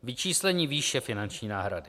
Vyčíslení výše finanční náhrady.